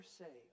say